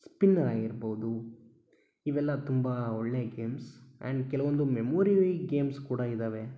spinner ಆಗಿರ್ಬೋದು ಇವೆಲ್ಲ ತುಂಬ ಒಳ್ಳೆಯ ಗೇಮ್ಸ್ ಆ್ಯಂಡ್ ಕೆಲವೊಂದು ಮೆಮೋರಿ ಗೇಮ್ಸ್ ಕೂಡ ಇದ್ದಾವೆ